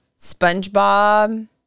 Spongebob